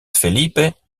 felipe